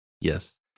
yes